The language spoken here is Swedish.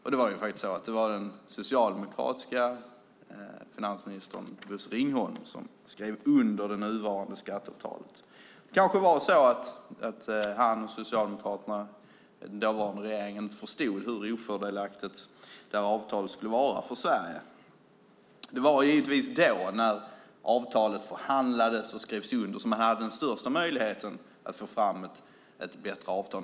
Det var den socialdemokratiske finansministern Bosse Ringholm som skrev under det nuvarande skatteavtalet. Det kanske var så att han och den socialdemokratiska dåvarande regeringen inte förstod hur ofördelaktigt avtalet skulle vara för Sverige. Det var givetvis då när avtalet förhandlades och skrevs under som man hade den största möjligheten att få fram ett bättre avtal.